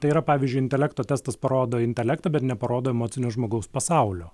tai yra pavyzdžiui intelekto testas parodo intelektą bet neparodo emocinio žmogaus pasaulio